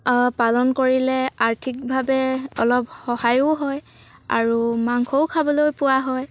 পালন কৰিলে আৰ্থিকভাৱে অলপ সহায়ো হয় আৰু মাংসও খাবলৈয়ো পোৱা হয়